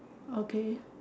okay